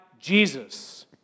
Jesus